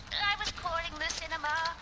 i was calling the cinema.